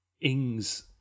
Ings